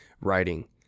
writing